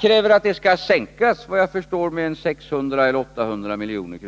kräver att det skall minskas, vad jag förstår med 600 eller 800 miljoner.